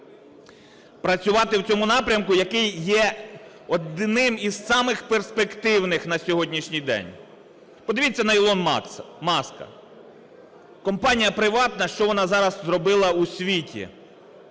Працювати в цьому напрямку, який є одним із самих перспективних на сьогоднішній день. Подивіться на Ілона Маска. Компанія приватна, що вона зараз зробила у світі.